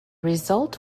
result